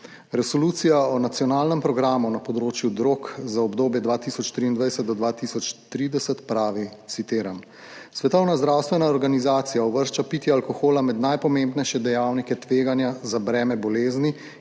Resolucija o nacionalnem programu na področju drog za obdobje 2023 do 2030 pravi, citiram: »Svetovna zdravstvena organizacija uvršča pitje alkohola med najpomembnejše dejavnike tveganja za breme bolezni